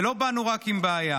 ולא באנו רק עם בעיה,